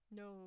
no